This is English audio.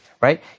right